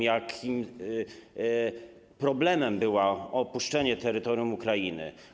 jakim problemem było opuszczenie terytorium Ukrainy.